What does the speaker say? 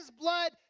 blood